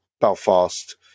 Belfast